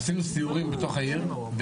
מאז שעשינו סיורים בתוך העיר,